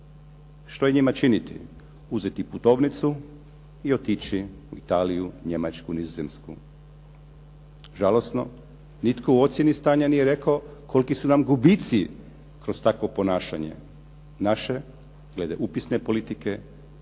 Što je njima činiti? Uzeti putovnicu i otići u Italiju, Njemačku, Nizozemsku. Žalosno, nitko u ocjeni stanja nije rekao koliki su nam gubici kroz takvo ponašanje glede upisne politike